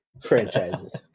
franchises